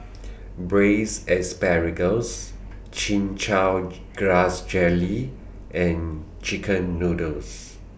Braised Asparagus Chin Chow Grass Jelly and Chicken Noodles